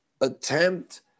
attempt